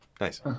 Nice